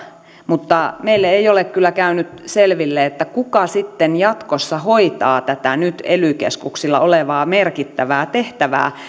mutta meille ei ole kyllä käynyt selville kuka sitten jatkossa hoitaa tätä nyt ely keskuksilla olevaa merkittävää tehtävää